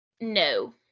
No